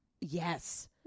yes